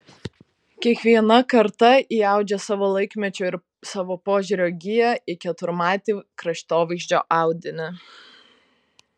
kiekviena karta įaudžia savo laikmečio ir savo požiūrio giją į keturmatį kraštovaizdžio audinį